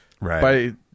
right